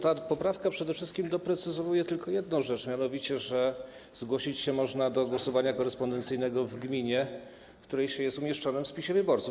Ta poprawka przede wszystkim doprecyzowuje tylko jedną rzecz, mianowicie że zgłosić się można do głosowania korespondencyjnego w gminie, w której się jest umieszczonym w spisie wyborców.